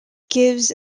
gives